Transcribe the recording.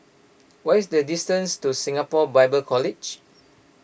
what is the distance to Singapore Bible College